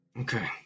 okay